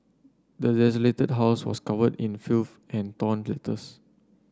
the desolated house was covered in filth and torn letters